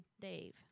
Dave